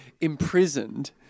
imprisoned